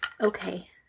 Okay